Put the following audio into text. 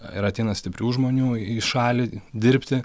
ir ateina stiprių žmonių į šalį dirbti